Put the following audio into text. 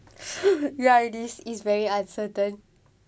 ya it is it's very uncertain